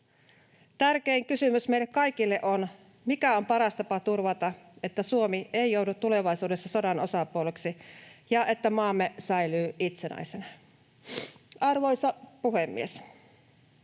Tärkein kysymys meille kaikille on, mikä on paras tapa turvata, että Suomi ei joudu tulevaisuudessa sodan osapuoleksi ja että maamme säilyy itsenäisenä. Arvoisa puhemies!